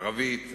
ערבית,